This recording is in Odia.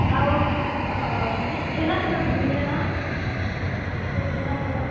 ଆଉ ଅଁ ଛେନା ଫେନା ମିଲେ ନା ଛେନା ପୋଡ଼ୋ